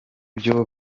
byo